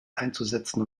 einzusetzen